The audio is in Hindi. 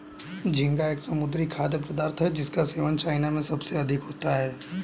झींगा एक समुद्री खाद्य पदार्थ है जिसका सेवन चाइना में सबसे अधिक होता है